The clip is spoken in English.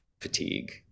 fatigue